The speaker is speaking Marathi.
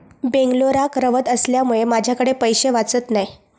बेंगलोराक रव्हत असल्यामुळें माझ्याकडे पैशे वाचत नाय